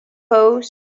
pose